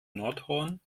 nordhorn